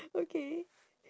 okay